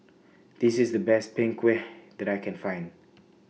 This IS The Best Png Kueh that I Can Find